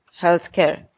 healthcare